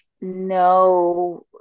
no